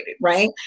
right